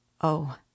Oh